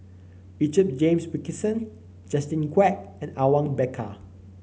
Richard James Wilkinson Justin Quek and Awang Bakar